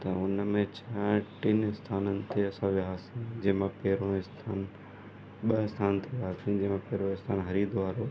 त हुन में छा टिनि स्थाननि ते असां वियासीं जंहिंमां पहिरियों हिकु आस्थानु ॿ आस्थान थियासीं जंहिंमें पहिरियों आस्थानु हरिद्वार हुओ